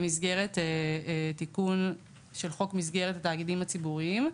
במסגרת תיקון של חוק מסגרת התאגידים הציבוריים.